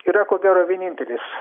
yra ko gero vienintelis